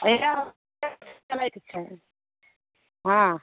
है यै चलैके छै हँ